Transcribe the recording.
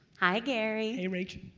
hi gary. hey rachel.